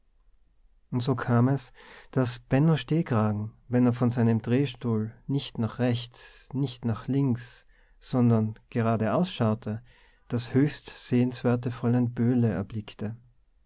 und so kam es daß benno stehkragen wenn er von seinem drehstuhl nicht nach rechts nicht nach links sondern geradeaus schaute das höchst sehenswerte fräulein böhle erblickte